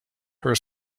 her